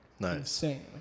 insane